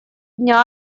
дня